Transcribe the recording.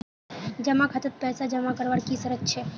जमा खातात पैसा जमा करवार की शर्त छे?